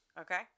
Okay